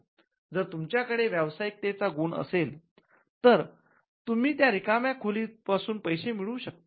जर तुमच्याकडे व्यवसायिकतेचा गुण असेल तर तुम्ही त्या रिकाम्या खोली पासून पैसे मिळवू शकतात